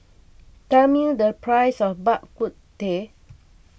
tell me the price of Bak Kut Teh